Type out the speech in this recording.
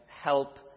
help